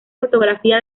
fotografía